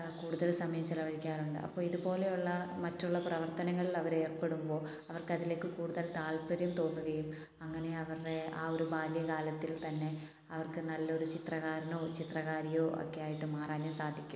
കൂടുതൽ സമയം ചിലവഴിക്കാറുണ്ട് അപ്പോൾ ഇതുപോലെയുള്ള മറ്റുള്ള പ്രവർത്തനങ്ങളിൽ അവരേർപ്പെടുമ്പോൾ അവർക്ക് അതിലേക്ക് കൂടുതൽ താല്പര്യം തോന്നുകയും അങ്ങനെ അവരുടെ ആ ഒരു ബാല്യകാലത്തിൽ തന്നെ അവർക്ക് നല്ലൊരു ചിത്രകാരനോ ചിത്രകാരിയോ ഒക്കെയായിട്ട് മാറാനും സാധിക്കും